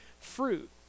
fruit